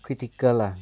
critical lah